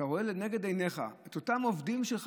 אתה רואה לנגד עיניך את אותם עובדים שלך,